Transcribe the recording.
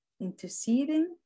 Interceding